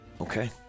Okay